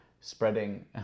spreading